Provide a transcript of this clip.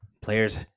Players